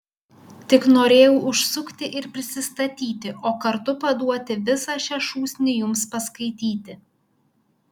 tik norėjau užsukti ir prisistatyti o kartu paduoti visą šią šūsnį jums paskaityti